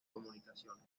comunicaciones